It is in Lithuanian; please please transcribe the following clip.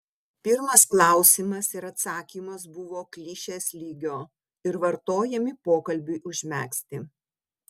pirmas klausimas ir atsakymas buvo klišės lygio ir vartojami pokalbiui užmegzti